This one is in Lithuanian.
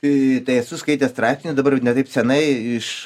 į tai esu skaitęs straipsnį dabar ne taip senai iš